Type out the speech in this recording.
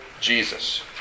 Jesus